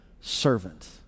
servant